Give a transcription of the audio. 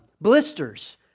Blisters